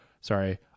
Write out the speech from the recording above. sorry